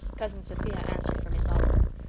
cousin sophia answered for miss oliver.